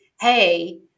hey